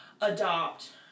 adopt